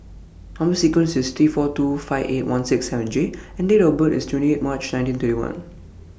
Number sequence IS T four two five eight one six seven J and Date of birth IS twenty eight March nineteen thirty one